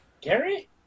Gary